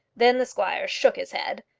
then the squire shook his head,